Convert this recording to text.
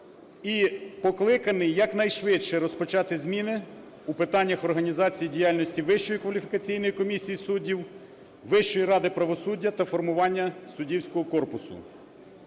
і покликаний якнайшвидше розпочати зміни у питаннях організації діяльності Вищої кваліфікаційної комісії суддів, Вищої ради правосуддя та формування суддівського корпусу.